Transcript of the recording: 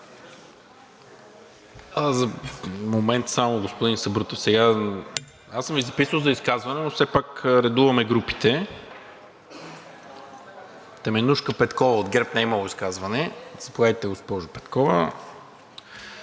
аз съм Ви записал за изказване, но все пак редуваме групите. Теменужка Петкова от ГЕРБ не е имала изказване. Заповядайте, госпожо Петкова.